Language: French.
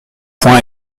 poing